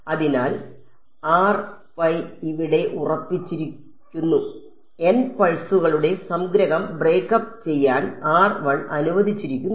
അതിനാൽ ഇവിടെ ഉറപ്പിച്ചിരിക്കുന്നു N പൾസുകളുടെ സംഗ്രഹം ബ്രേക്ക്അപ്പ് ചെയ്യാൻ അനുവദിച്ചിരിക്കുന്നു